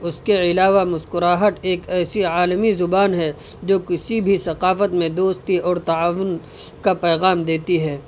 اس کے علاوہ مسکراہٹ ایک ایسی عالمی زبان ہے جو کسی بھی ثقافت میں دوستی اور تعاون کا پیغام دیتی ہے